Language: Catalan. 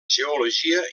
geologia